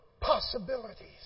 possibilities